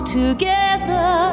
together